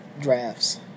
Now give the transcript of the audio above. Drafts